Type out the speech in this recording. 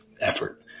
effort